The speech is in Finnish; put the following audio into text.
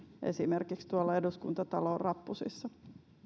esimerkiksi tuolla eduskuntatalon rappusissa